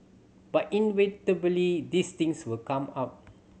but inevitably these things will come up